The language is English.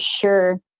sure